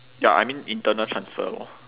ya I mean internal transfer orh